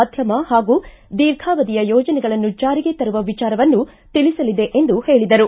ಮಧ್ಯಮ ಹಾಗೂ ದೀರ್ಘಾವಧಿಯ ಯೋಜನೆಗಳನ್ನು ಜಾರಿಗೆ ತರುವ ವಿಚಾರವನ್ನು ತಿಳಿಸಲಿದೆ ಎಂದು ಹೇಳಿದರು